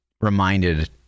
reminded